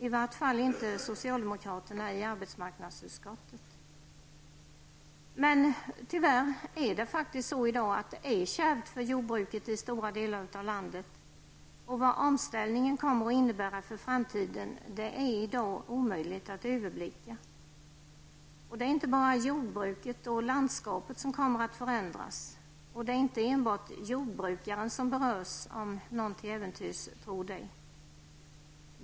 I vart fall inte socialdemokraterna i arbetsmarknadsutskottet! Tyvärr är det faktiskt i dag kärvt för jordbruket i stora delar av landet. Vad omställningen kommer att innebära för framtiden är i dag omöjligt att överblicka. Det är inte bara jordbruket och landskapet som kommer att förändras, det är inte bara jordbrukaren som berörs, om någon till äventyrs trodde det.